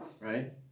right